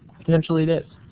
potentially it is.